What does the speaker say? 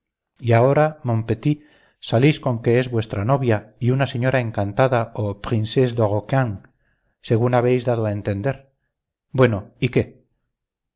y ahora mon petit salís con que es vuestra novia y una señora encantada oprincesse d araucaine según habéis dado a entender bueno y qué